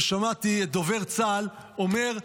ושמעתי את דובר צה"ל אומר,